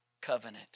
covenant